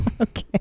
okay